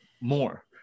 more